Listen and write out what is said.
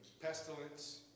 pestilence